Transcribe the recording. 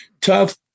tough